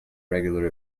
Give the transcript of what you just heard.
regular